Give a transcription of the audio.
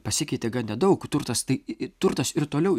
pasikeitė nedaug turtas tai turtas ir toliau